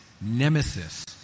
nemesis